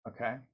Okay